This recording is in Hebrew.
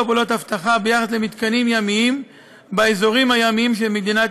פעולות אבטחה ביחס למתקנים ימיים באזורים הימיים של מדינת